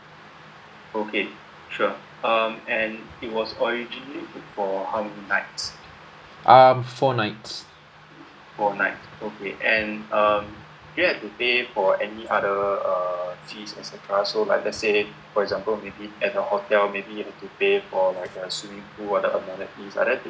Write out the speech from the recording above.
um four nights